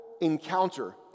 encounter